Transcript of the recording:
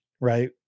right